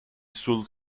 should